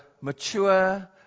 mature